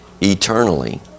eternally